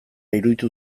iruditu